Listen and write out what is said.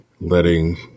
letting